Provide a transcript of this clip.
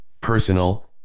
Personal